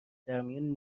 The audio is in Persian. درمیون